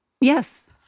Yes